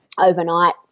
overnight